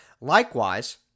Likewise